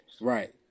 Right